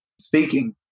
speaking